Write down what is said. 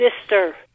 Sister